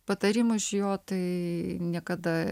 patarimų iš jo tai niekada